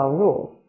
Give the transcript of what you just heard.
rules